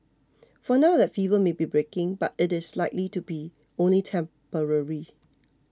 for now that fever may be breaking but it is likely to be only temporary